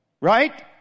Right